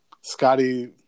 Scotty